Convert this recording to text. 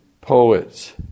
poets